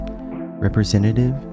representative